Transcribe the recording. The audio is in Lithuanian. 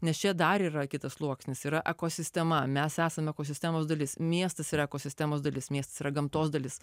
nes čia dar yra kitas sluoksnis yra ekosistema mes esame ekosistemos dalis miestas yra ekosistemos dalis mieste yra gamtos dalis